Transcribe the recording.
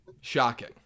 Shocking